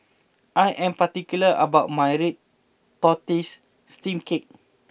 I am particular about my Red Tortoise Steamed Cake